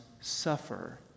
suffer